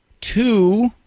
Two